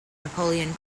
napoleon